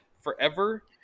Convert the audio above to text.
forever